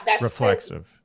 reflexive